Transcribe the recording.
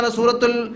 suratul